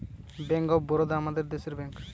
bank of Baroda আমাদের দেশের bank